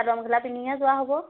পিনিয়ে যোৱা হ'ব